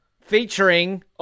featuring